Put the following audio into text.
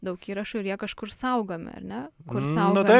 daug įrašų ir jie kažkur saugomi ar ne kur saugomi